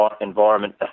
environment